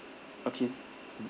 okay mm